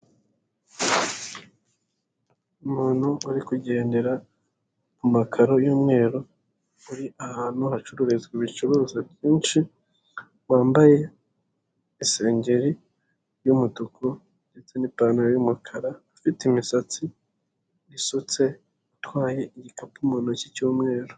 Umuntu uri kugendera ku makaro y'umweru, uri ahantu bacururiza ibicuruzwa byinshi, wambaye isengeri y'umutuku ndetse n'ipantaro y'umukara ufite imisatsi isutse, utwaye igikapu mu ntoki cy'umweru.